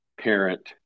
parent